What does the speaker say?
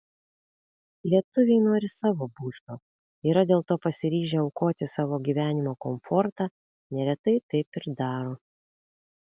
lietuviai nori savo būsto yra dėl to pasiryžę aukoti savo gyvenimo komfortą neretai taip ir daro